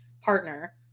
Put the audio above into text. partner